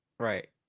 Right